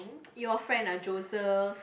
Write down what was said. your friend ah Joseph